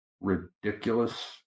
ridiculous